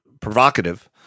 provocative